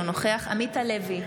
אינו נוכח עמית הלוי,